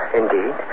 indeed